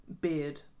beard